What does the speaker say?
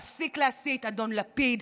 להפסיק להסית, אדון לפיד.